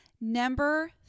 number